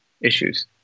issues